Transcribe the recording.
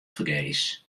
fergees